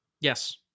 yes